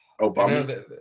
Obama